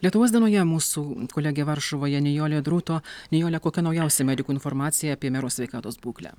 lietuvos dienoje mūsų kolegė varšuvoje nijolė drūto nijole kokia naujausia medikų informacija apie mero sveikatos būklę